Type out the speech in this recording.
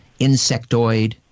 insectoid